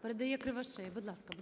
Передає Кривошеї. Будь ласка.